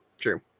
true